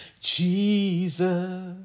jesus